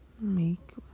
make